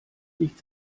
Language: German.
nicht